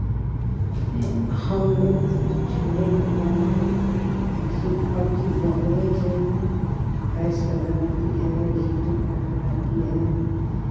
हम लोग तो चूल्हे पर बनाते थे लेकिन अब की बहुएँ जो हैं गैस पर बनाती है हीटर पर बनाती है